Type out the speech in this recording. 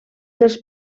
dels